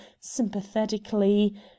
sympathetically